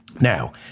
Now